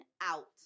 out